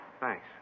Thanks